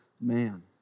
man